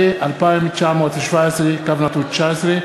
שמספרה פ/2917/19,